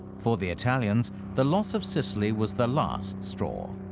for the italians, the loss of sicily was the last straw.